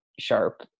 sharp